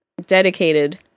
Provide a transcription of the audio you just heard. dedicated